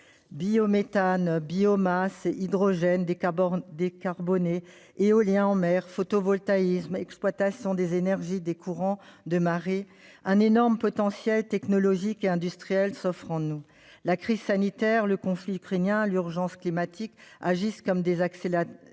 Biométhane, biomasse, hydrogène décarboné, éolien en mer, photovoltaïsme, exploitation de l'énergie des courants des marées : un énorme potentiel technologique et industriel s'offre à nous. La crise sanitaire, le conflit ukrainien et l'urgence climatique agissent comme des accélérateurs